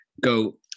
go